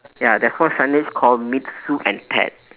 ya there's one signage called meet sue and ted